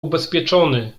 ubezpieczony